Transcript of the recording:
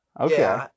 Okay